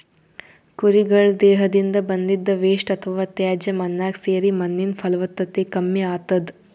ಕುರಿಗಳ್ ದೇಹದಿಂದ್ ಬಂದಿದ್ದ್ ವೇಸ್ಟ್ ಅಥವಾ ತ್ಯಾಜ್ಯ ಮಣ್ಣಾಗ್ ಸೇರಿ ಮಣ್ಣಿನ್ ಫಲವತ್ತತೆ ಕಮ್ಮಿ ಆತದ್